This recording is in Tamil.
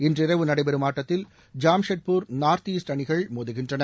இன்றிரவு நடைபெறும் ஆட்டத்தில் ஜாம்ஷெட்பூர் நார்த் ஈஸ்ட் அணிகள் மோதுகின்றன